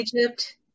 egypt